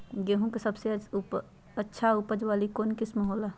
गेंहू के सबसे अच्छा उपज वाली कौन किस्म हो ला?